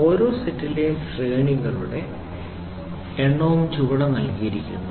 ഓരോ സെറ്റിലെയും ശ്രേണികളും പീസുകളുടെ എണ്ണവും ചുവടെ നൽകിയിരിക്കുന്നു